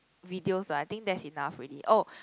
videos lah I think that's enough already oh